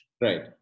Right